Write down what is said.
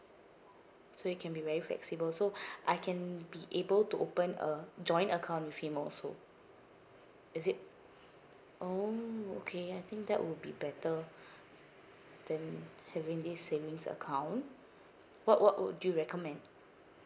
so it can be very flexible so I can be able to open a joint account with him also is it oh okay I think that would be better than having this savings account what what would you recommend